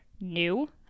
new